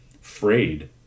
frayed